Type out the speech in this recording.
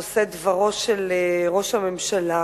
נושא דברו של ראש הממשלה,